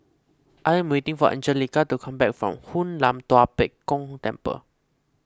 I am waiting for Angelica to come back from Hoon Lam Tua Pek Kong Temple